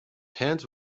hands